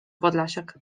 podlasiak